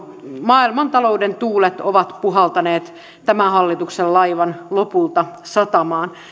maailmantalouden tuulet ovat puhaltaneet tämän hallituksen laivan lopulta satamaan